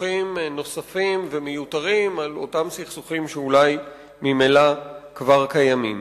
וסכסוכים נוספים ומיותרים על אותם סכסוכים שאולי ממילא כבר קיימים.